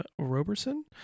Roberson